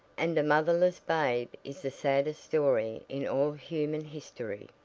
and a motherless babe is the saddest story in all human history.